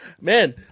man